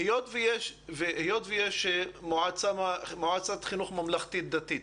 היות ויש מועצת חינוך ממלכתית דתית,